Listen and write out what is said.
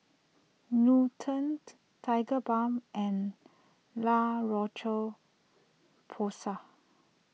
Nutren Tigerbalm and La Roche Porsay